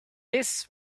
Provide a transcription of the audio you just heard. this